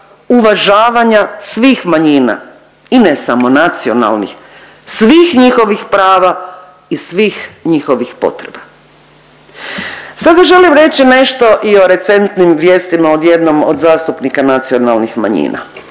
uvažavanja svih manjina i ne samo nacionalnih, svih njihovih prava i svih njihovih potreba. Sada želim reći nešto i o recentnim vijestima od jednog od zastupnika nacionalnih manjina.